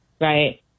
right